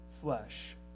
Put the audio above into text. flesh